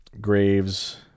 Graves